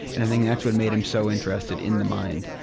and i think that's what made him so interested in the mind,